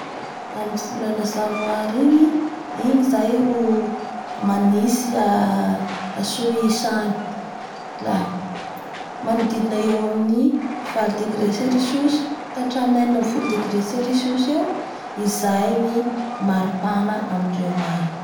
Amin'ny volana janoary igny amin'igny zay ro manitsy ny a Soisa agny la manodididna eo amin'ny valo degré sericuska hatramin'ny enina ambin'ny folo degré sericus eo izay ngy maropahana amindreo agny.